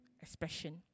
expression